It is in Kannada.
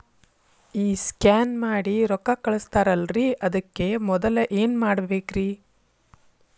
ಈ ಸ್ಕ್ಯಾನ್ ಮಾಡಿ ರೊಕ್ಕ ಕಳಸ್ತಾರಲ್ರಿ ಅದಕ್ಕೆ ಮೊದಲ ಏನ್ ಮಾಡ್ಬೇಕ್ರಿ?